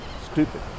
stupid